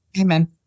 Amen